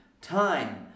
Time